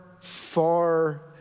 far